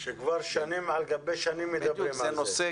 כבר שנים מדברים על זה.